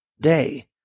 day